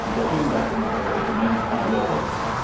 and they're doing that in the domain of analytics.